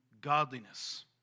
godliness